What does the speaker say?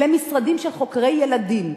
למשרדים של חוקרי ילדים,